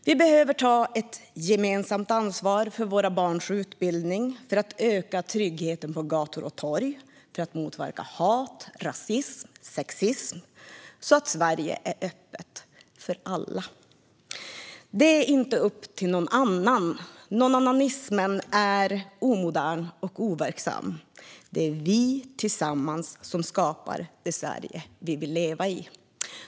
Vi behöver ta ett gemensamt ansvar för våra barns utbildning, för att öka tryggheten på gator och torg och för att motverka hat, rasism och sexism så att Sverige är öppet för alla. Det är inte upp till någon annan. "Någonannanismen" är omodern och overksam. Det är vi tillsammans som skapar det Sverige vi vill leva i.